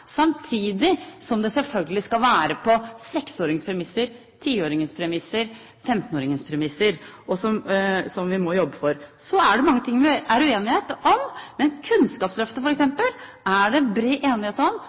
samtidig som det selvfølgelig skal være på 6-åringens premisser, 10-åringens premisser og 15-åringens premisser, som vi må jobbe for. Så er det mange ting det er uenighet om. Men Kunnskapsløftet er det bred enighet om,